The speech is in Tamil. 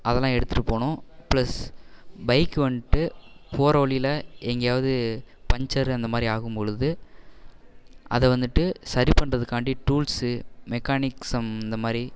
அதெல்லாம் எடுத்துகிட்டு போகணும் ப்ளஸ் பைக்கு வந்துட்டு போகிற வழியில் எங்கேயாவது பஞ்சர் அந்த மாதிரி ஆகும் பொழுது அதை வந்துட்டு சரி பண்ணுறதுக்காண்டி டூல்ஸு மெக்கானிக்சம் இந்த மாதிரி